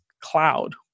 cloud